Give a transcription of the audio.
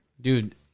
Dude